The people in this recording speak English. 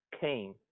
came